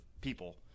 people